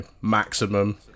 maximum